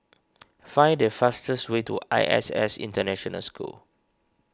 find the fastest way to I S S International School